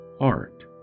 art